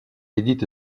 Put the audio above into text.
édite